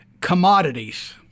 commodities